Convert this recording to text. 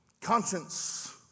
Conscience